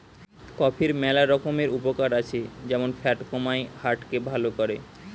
কফির ম্যালা রকমের উপকার আছে যেমন ফ্যাট কমায়, হার্ট কে ভাল করে